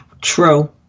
True